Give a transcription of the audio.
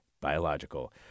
Biological